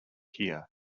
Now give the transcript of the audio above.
here